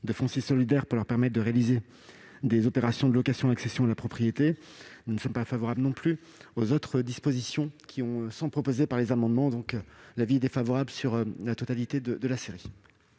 de foncier solidaire pour leur permettre de réaliser des opérations de location-accession à la propriété. Nous ne sommes pas non plus favorables aux autres dispositions proposées par les amendements. Le Gouvernement est donc défavorable à la totalité de la série